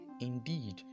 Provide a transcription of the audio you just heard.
indeed